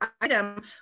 item